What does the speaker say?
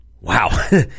Wow